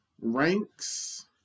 Ranks